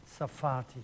safati